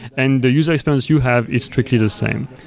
and the user experience you have is strictly the same,